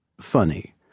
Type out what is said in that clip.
funny